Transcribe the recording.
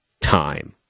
time